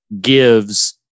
gives